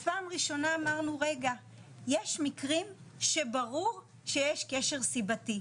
אז פעם ראשונה אמרנו רגע יש מקרים שברור שיש קשר סיבתי,